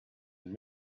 and